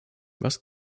was